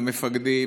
המפקדים,